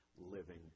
living